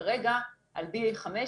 כרגע על ה-BA.5,